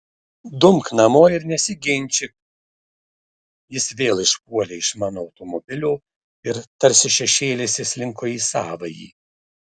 dumk namo ir nesiginčyk jis vėl išpuolė iš mano automobilio ir tarsi šešėlis įslinko į savąjį